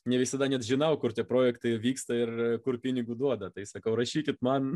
ne visada net žinau kur tie projektai vyksta ir kur pinigų duoda tai sakau rašykit man